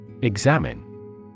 Examine